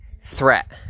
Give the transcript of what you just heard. threat